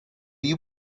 you